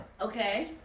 Okay